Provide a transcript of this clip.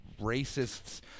racists